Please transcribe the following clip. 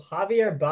Javier